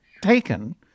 taken